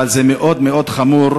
אבל זה מאוד מאוד חמור,